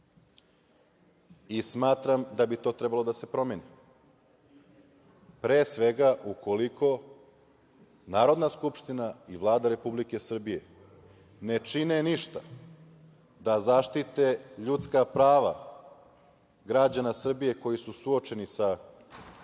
i smatram da bi to trebalo da se promeni, pre svega ukoliko Narodna skupština i Vlada Republike Srbije ne čine ništa da zaštite ljudska prava građana Srbije koji su suočeni sa